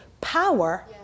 power